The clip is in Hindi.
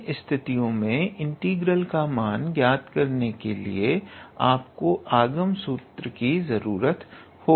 इन स्थितियो मे इंटीग्रल का मान ज्ञात करने के लिए आपको आगम सूत्र की जरूरत होगी